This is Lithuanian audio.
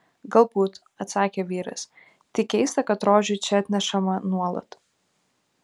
galbūt atsakė vyras tik keista kad rožių čia atnešama nuolat